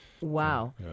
Wow